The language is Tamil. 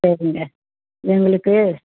சரிங்க எங்களுக்கு